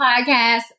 podcast